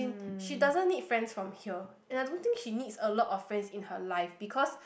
she doesn't need friends from here and I don't think she needs a lot of friends in her life because